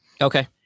Okay